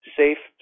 safe